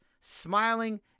smiling